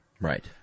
Right